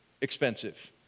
expensive